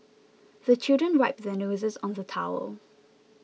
the children wipe their noses on the towel